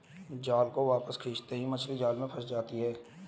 जाल को वापस खींचते ही मछली जाल में फंस जाती है